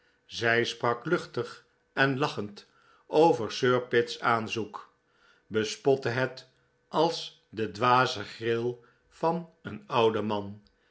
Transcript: zij sprak luchtig en lachend over sir pitt's aanzoek bespotte het als de dwaze gril van een ouden man